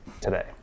today